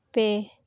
ᱯᱮ